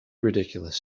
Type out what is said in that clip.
ridiculous